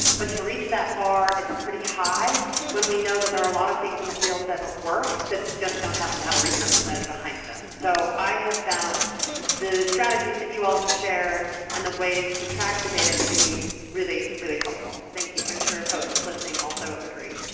but to reach that bar, it's pretty high when we know that there are a lot of things in the field that will work but just don't happen to have a research study behind them. so i have found the strategies that you all have shared and the ways to track the data to be really, really helpful. thank you. i'm sure folks but listening also agree.